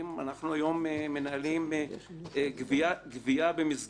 אנחנו כיום מנהלים גבייה במסגרת